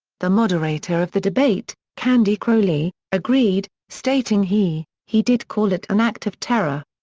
the moderator of the debate, candy crowley, agreed, stating he he did call it an act of terror.